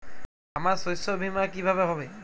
আমার শস্য বীমা কিভাবে হবে?